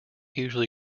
usually